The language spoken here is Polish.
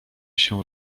się